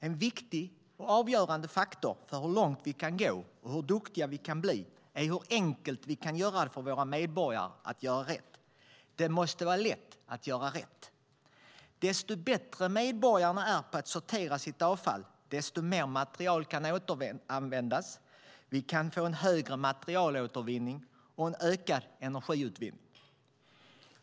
En viktig och avgörande faktor för hur långt vi kan gå och hur duktiga vi kan bli är hur enkelt vi kan göra det för våra medborgare att göra rätt. Det måste vara lätt att göra rätt. Ju bättre medborgarna är på att sortera sitt avfall desto mer material kan återanvändas. Vi kan få en högre materialåtervinning och en ökad energiutvinning.